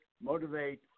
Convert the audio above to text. motivate